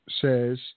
says